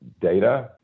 data